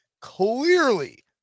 clearly